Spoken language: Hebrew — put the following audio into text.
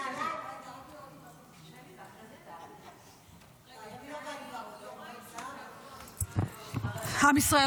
עם ישראל